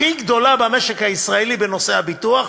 הכי גדולה במשק הישראלי בנושא הביטוח.